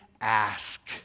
ask